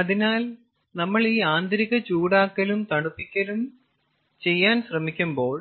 അതിനാൽ നമ്മൾ ഈ ആന്തരിക ചൂടാക്കലും തണുപ്പിക്കലും ചെയ്യാൻ ശ്രമിക്കുമ്പോൾ